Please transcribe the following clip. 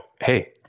hey